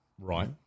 Right